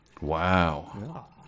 Wow